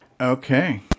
Okay